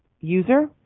user